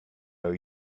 are